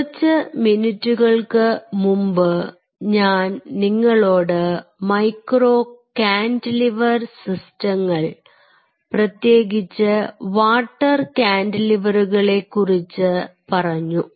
കുറച്ച് മിനിറ്റുകൾക്ക് മുമ്പ് ഞാൻ നിങ്ങളോട് മൈക്രോ കാന്റിലിവർ സിസ്റ്റങ്ങൾ പ്രത്യേകിച്ച് വാട്ടർ കാന്റിലിവറുകളെ കുറിച്ച് പറഞ്ഞു